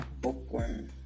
bookworm